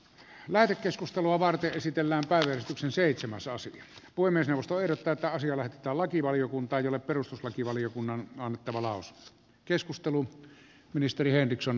lähetekeskustelua varten esitellään päällystyksen seitsemän soosi poimi sivustoilta taisi olla että lakivaliokunta jolle perustuslakivaliokunnan on annettava lausunto